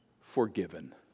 forgiven